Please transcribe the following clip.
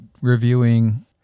reviewing